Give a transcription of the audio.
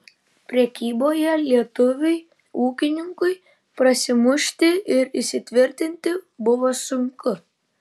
prekyboje lietuviui ūkininkui prasimušti ir įsitvirtinti buvo sunku